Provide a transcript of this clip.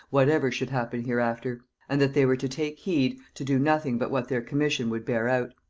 whatever should happen hereafter and that they were to take heed to do nothing but what their commission would bear out.